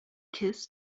kiss